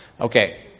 Okay